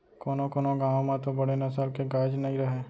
कोनों कोनों गॉँव म तो बड़े नसल के गायेच नइ रहय